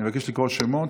אני מבקש לקרוא שמות.